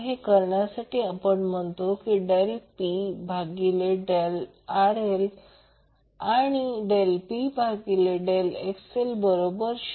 हे करण्यासाठी आपण म्हणतो Del P भागिले Del RL आणि Del P भागिले Del XL बरोबर 0